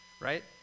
right